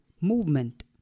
movement